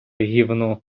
гівно